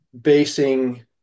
basing